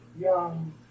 young